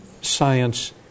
science